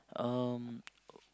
um